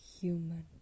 human